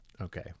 Okay